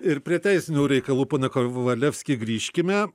ir prie teisinių reikalų pone kovalevski grįžkime